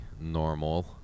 normal